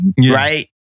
right